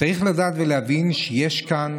צריך לדעת ולהבין שיש כאן